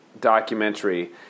documentary